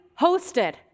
hosted